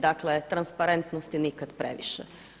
Dakle transparentnosti nikad previše.